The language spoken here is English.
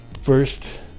first